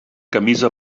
camisa